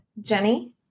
Jenny